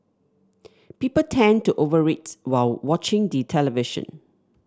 people tend to over eat while watching the television